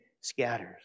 scatters